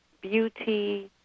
beauty